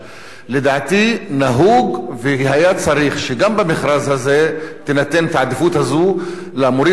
לדעתי נהוג והיה צריך שגם במכרז הזה תינתן העדיפות הזו למורים הקיימים,